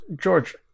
George